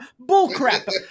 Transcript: bullcrap